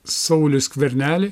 saulių skvernelį